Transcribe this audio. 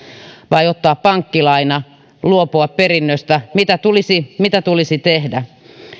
vai ottaa pankkilaina luopua perinnöstä mitä tulisi mitä tulisi tehdä